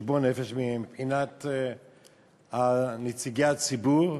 חשבון נפש מבחינת נציגי הציבור,